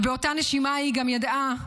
ובאותה נשימה היא ידעה גם,